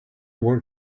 work